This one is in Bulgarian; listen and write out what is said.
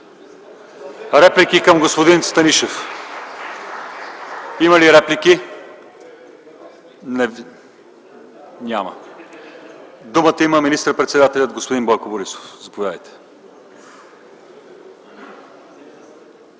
реплики към господин Станишев? Няма. Думата има министър-председателят господин Бойко Борисов. Заповядайте.